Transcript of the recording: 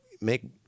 Make